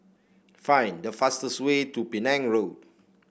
find the fastest way to Penang Road